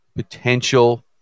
potential